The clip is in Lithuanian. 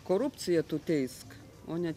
korupciją tu teisk o ne